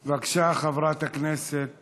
בבקשה, חברת הכנסת